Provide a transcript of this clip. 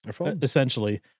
essentially